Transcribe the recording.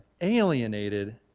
alienated